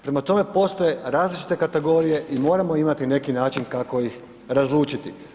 Prema tome, postoje različite kategorije i moramo imati neki način kako ih razlučiti.